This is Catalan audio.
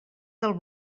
del